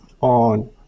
on